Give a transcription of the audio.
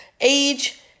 age